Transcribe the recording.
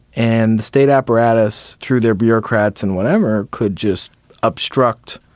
and the state apparatus, through their bureaucrats and whatever, could just obstruct,